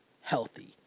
healthy